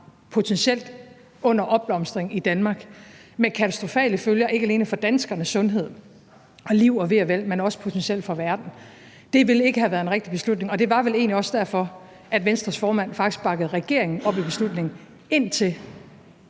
potentielt under opblomstring i Danmark med katastrofale følger ikke alene for danskernes sundhed og liv og ve og vel, men også potentielt for verden, ville det ikke have været en rigtig beslutning. Og det var vel egentlig også derfor, at Venstres formand faktisk bakkede regeringen op i beslutningen, indtil